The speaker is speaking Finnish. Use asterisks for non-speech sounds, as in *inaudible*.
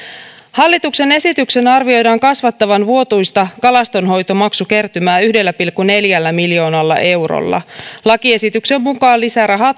hallituksen esityksen arvioidaan kasvattavan vuotuista kalastonhoitomaksukertymää yhdellä pilkku neljällä miljoonalla eurolla lakiesityksen mukaan lisärahaa *unintelligible*